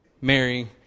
Mary